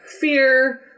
Fear